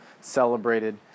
celebrated